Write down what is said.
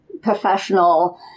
professional